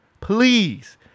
Please